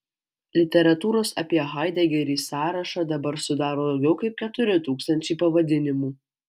literatūros apie haidegerį sąrašą dabar sudaro daugiau kaip keturi tūkstančiai pavadinimų